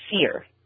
fear